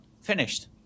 Finished